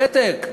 הפתק?